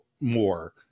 more